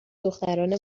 دختران